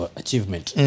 achievement